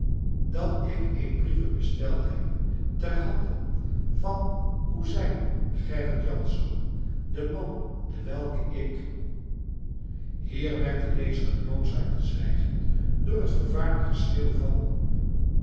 dat ick een brieve bestelt hebben ter handen van cousyn gerrit jansz de man den welken ik hier werd de lezer genoodzaakt te zwijgen door het vervaarlijk geschreeuw van